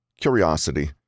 curiosity